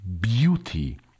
beauty